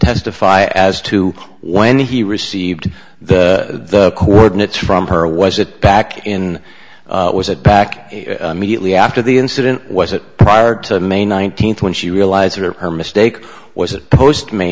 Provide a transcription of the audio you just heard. testify as to when he received the coordinates from her was it back in was it back after the incident was it prior to may nineteenth when she realized her mistake was a post may